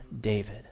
David